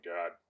God